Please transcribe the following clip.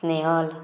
Snehal